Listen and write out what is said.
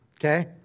Okay